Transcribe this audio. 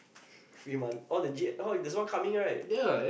free money all the G oh ya there's one coming right